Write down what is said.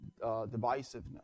divisiveness